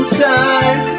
time